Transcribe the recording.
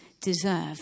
deserve